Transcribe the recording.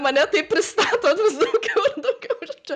mane taip pristatot vis daugiau ir daugiau žodžiu